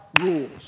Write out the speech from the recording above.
rules